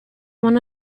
one